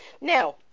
Now